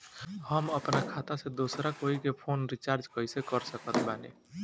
हम अपना खाता से दोसरा कोई के फोन रीचार्ज कइसे कर सकत बानी?